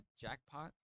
jackpot